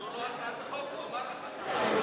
זו לא הצעת החוק, הוא אמר לך כבר.